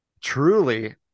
truly